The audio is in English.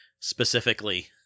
Specifically